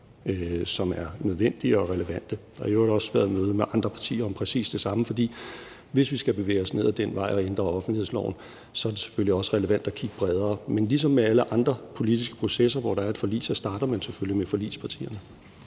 som er nødvendige og relevante. Der har i øvrigt også været møde med andre partier om præcis det samme, for hvis vi skal bevæge os ned ad den vej og ændre offentlighedsloven, er det selvfølgelig også relevant at kigge bredere. Men ligesom med alle andre politiske processer, hvor der er et forlig, starter man selvfølgelig med forligspartierne.